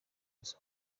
gusa